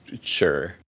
sure